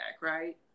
right